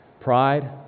Pride